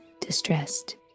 Distressed